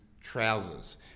trousers